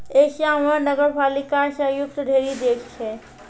Asia म नगरपालिका स युक्त ढ़ेरी देश छै